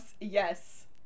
yes